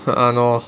!hannor!